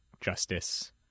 justice